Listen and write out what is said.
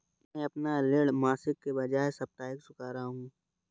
मैं अपना ऋण मासिक के बजाय साप्ताहिक चुका रहा हूँ